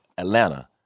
Atlanta